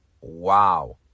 wow